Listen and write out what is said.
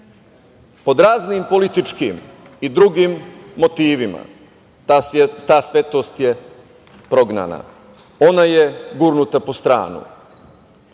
pod raznim političkim i drugim motivima ta svetost prognana. Ona je gurnuta po stranu.